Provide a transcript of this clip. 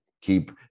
keep